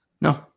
No